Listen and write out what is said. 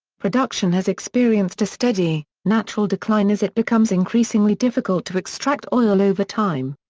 production has experienced a steady, natural decline as it becomes increasingly difficult to extract oil over time.